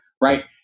right